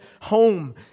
home